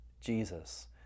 Jesus